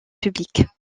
publiques